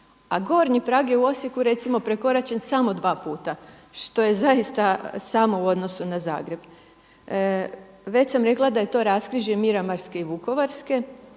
a gornji prag je u Osijeku recimo prekoračen samo 2 puta što je zaista samo u odnosu na Zagreb. Već sam rekla da je to raskrižje Miramarske i Vukovarske